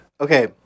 Okay